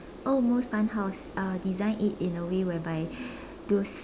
oh most fun house I will design it in a way whereby those